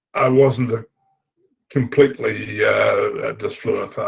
wasn't ah completely yeah disfluent,